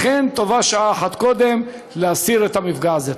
לכן טובה שעה אחת קודם להסיר את המפגע הזה.